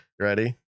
Ready